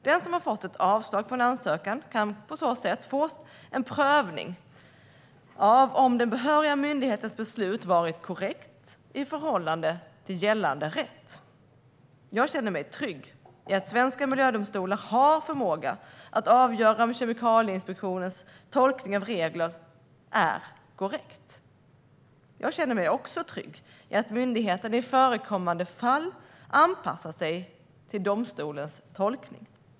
Den som har fått ett avslag på en ansökan kan på så sätt få en prövning av om den behöriga myndighetens beslut varit korrekt i förhållande till gällande rätt. Jag känner mig trygg i att svenska miljödomstolar har förmåga att avgöra om Kemikalieinspektionens tolkning av reglerna är korrekt. Jag känner mig också trygg i att myndigheten i förekommande fall anpassar sig till domstolens tolkning.